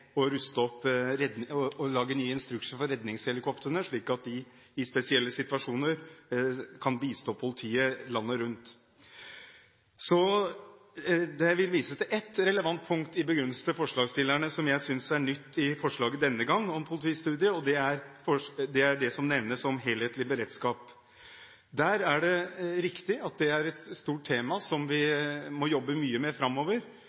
å lage nye instrukser for redningshelikoptrene, slik at de i spesielle situasjoner kan bistå politiet landet rundt. Jeg vil vise til ett relevant punkt i begrunnelsen til forslagsstillerne som jeg synes er nytt i forslaget om politistudie denne gang, og det er det som nevnes om helhetlig beredskap. Det er riktig at det er et stort tema som vi må jobbe mye med framover.